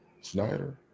Snyder